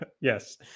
Yes